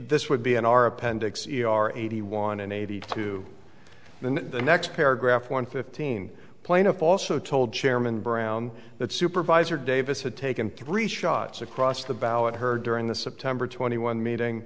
this would be in our appendix eighty one and eighty two then the next paragraph one fifteen plaintiff also told chairman brown that supervisor davis had taken three shots across the bow at her during the september twenty one meeting